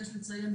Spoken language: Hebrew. יש לציין,